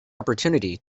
opportunity